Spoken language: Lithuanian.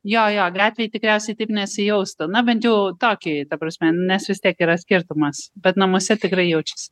jo jo gatvėj tikriausiai taip nesijaustų na bent jau tokį ta prasme nes vis tiek yra skirtumas bet namuose tikrai jaučiasi